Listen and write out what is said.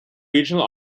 regional